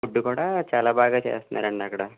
food కూడా చాలా బాగా చేస్తన్నారండి అక్కడ